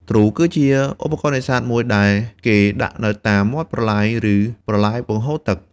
ទ្រូ គឺជាឧបករណ៍នេសាទដែលគេដាក់នៅតាមមាត់ប្រឡាយ ឬប្រឡាយបង្ហូរទឹក។